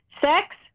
sex